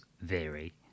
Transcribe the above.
vary